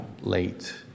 late